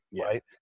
right